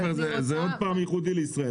זה עוד פעם ייחודי לישראל.